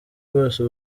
rwose